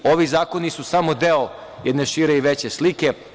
Ovi zakoni su samo deo jedne šire i veće slike.